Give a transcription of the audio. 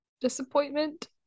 disappointment